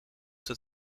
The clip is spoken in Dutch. dat